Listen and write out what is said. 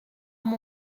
mon